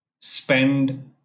spend